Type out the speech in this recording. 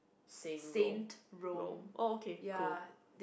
oh okay cool